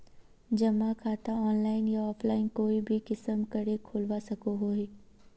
जमा खाता ऑनलाइन या ऑफलाइन कोई भी किसम करे खोलवा सकोहो ही?